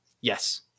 Yes